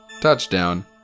Touchdown